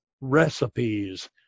recipes